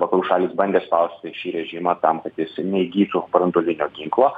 vakarų šalys bandė spausti šį režimą tam kad jis neįgytų branduolinio ginklo